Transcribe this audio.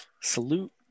salute